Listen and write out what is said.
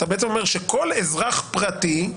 אתה בעצם אומר שכל אזרח פרטי,